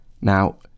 Now